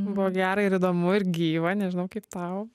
buvo gera ir įdomu gyva nežinau kaip tau